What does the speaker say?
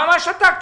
מה שתקתם?